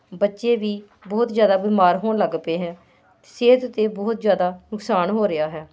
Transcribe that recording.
ਬੱਚੇ ਵੀ ਬਹੁਤ ਜ਼ਿਆਦਾ ਬਿਮਾਰ ਹੋਣ ਲੱਗ ਪਏ ਹੈ ਸਿਹਤ 'ਤੇ ਬਹੁਤ ਜ਼ਿਆਦਾ ਨੁਕਸਾਨ ਹੋ ਰਿਹਾ ਹੈ